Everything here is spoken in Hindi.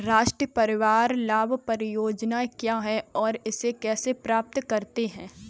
राष्ट्रीय परिवार लाभ परियोजना क्या है और इसे कैसे प्राप्त करते हैं?